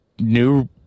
new